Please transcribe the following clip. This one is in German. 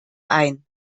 ein